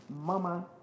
mama